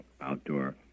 outdoor